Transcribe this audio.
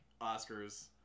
Oscars